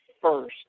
first